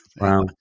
Wow